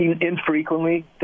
infrequently